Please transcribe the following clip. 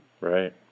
Right